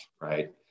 right